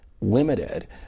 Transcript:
limited